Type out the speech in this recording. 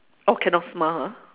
orh cannot smile ah